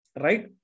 Right